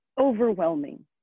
overwhelming